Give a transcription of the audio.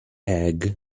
egg